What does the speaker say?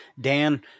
Dan